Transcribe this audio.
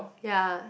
ya